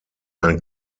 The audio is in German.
ein